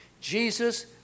Jesus